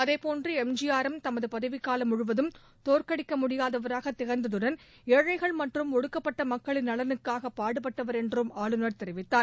அதேபோன்று M G ஆரும் தமது பதவிக்காலம் முழுவதும் தோற்கடிக்க முடியாதவராக திகழ்ந்ததுடன் ஏழைகள் மற்றும் ஒடுக்கப்பட்ட மக்களின் நலனுக்காகப் பாடுபட்டவர் என்றும் ஆளுநர் தெரிவித்தார்